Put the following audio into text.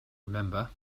remember